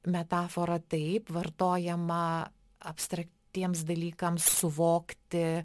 metafora taip vartojama abstraktiems dalykams suvokti